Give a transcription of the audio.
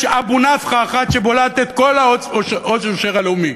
אבו-נפחא אחד שבולע את כל העושר הלאומי